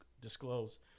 disclose